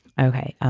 okay.